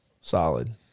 Solid